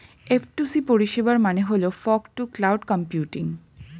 F two C পরিষেবার মানে হল ফগ টু ক্লাউড কম্পিউটিং